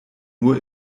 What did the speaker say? nur